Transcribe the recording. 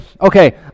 okay